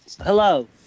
Hello